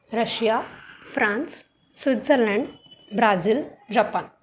Russia France Switzerland Brazil Japan